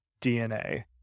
DNA